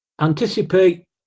Anticipate